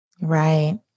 Right